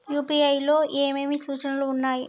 UPI లో ఏమేమి సూచనలు ఉన్నాయి?